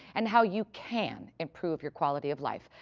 and how you can improve your quality of life.